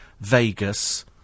Vegas